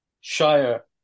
Shire